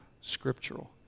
scriptural